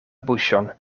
buŝon